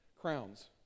crowns